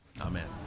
Amen